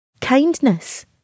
kindness